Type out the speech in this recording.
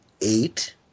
eight